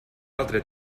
altre